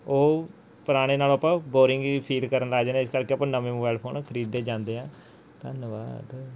ਉਹ ਪੁਰਾਣੇ ਨਾਲ ਆਪਾਂ ਬੋਰਿੰਗ ਫੀਲ ਕਰਨ ਲੱਗ ਜਾਂਦੇ ਇਸ ਕਰਕੇ ਆਪਾਂ ਨਵੇਂ ਮਬੈਲ ਫੋਨ ਖਰੀਦਦੇ ਜਾਂਦੇ ਹੈ ਧੰਨਵਾਦ